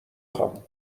خوام